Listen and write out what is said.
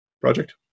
project